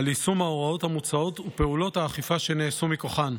על יישום ההוראות המוצעות ופעולות האכיפה שנעשו מכוחן.